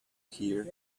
hear